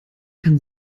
kann